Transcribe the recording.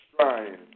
trying